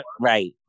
Right